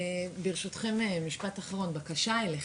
ברשותכם משפט אחרון, בקשה אליכם.